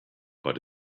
but